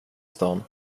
stan